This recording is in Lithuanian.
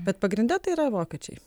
bet pagrinde tai yra vokiečiai